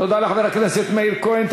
תודה לחבר הכנסת מאיר כהן.